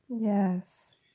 yes